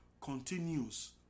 continues